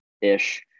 ish